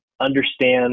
Understand